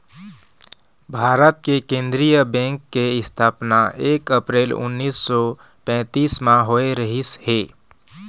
भारत के केंद्रीय बेंक के इस्थापना एक अपरेल उन्नीस सौ पैतीस म होए रहिस हे